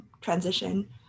Transition